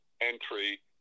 entry